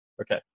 Okay